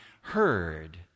heard